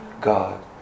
God